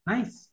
Nice